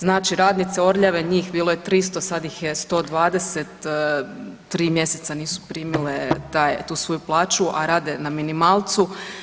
Znači radnice „Orljave“ njih je bilo 300 sad ih je 120 tri mjeseca nisu primile tu svoju plaću, a rade na minimalcu.